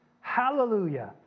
Hallelujah